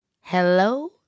Hello